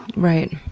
right.